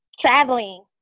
Traveling